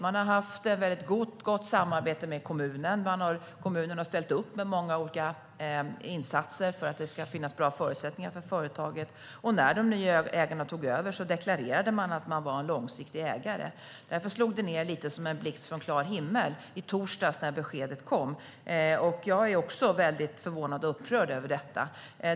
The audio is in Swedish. Man har haft ett väldigt gott samarbete med kommunen. Kommunen har ställt upp med många olika insatser för att det ska finnas bra förutsättningar för företaget. När de nya ägarna tog över deklarerade man att man var en långsiktig ägare. Därför slog beskedet i torsdags ned lite som en blixt från klar himmel. Jag är också väldigt förvånad och upprörd över detta.